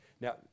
Now